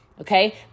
okay